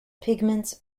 pigments